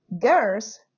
girls